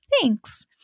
Thanks